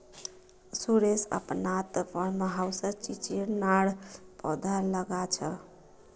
सुरेश अपनार फार्म हाउसत चिचिण्डार पौधा लगाल छ